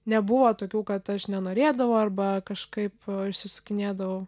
nebuvo tokių kad aš nenorėdavau arba kažkaip išsisukinėdavau